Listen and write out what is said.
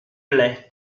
lait